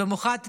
במיוחד למפונים,